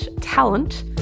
talent